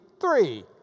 three